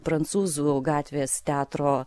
prancūzų gatvės teatro